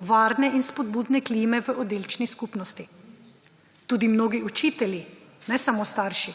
varne in spodbudne klime v oddelčni skupnosti. Tudi mnogi učitelji, ne samo starši,